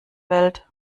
welt